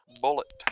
bullet